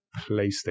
PlayStation